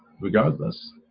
regardless